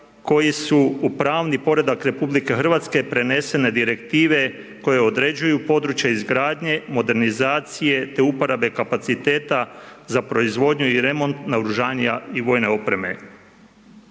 koji su u pravni poredak RH prenesene direktive koje određuju područje izgradnje, modernizacije te uporabe kapaciteta za proizvodnju i remont naoružanja i vojne opreme.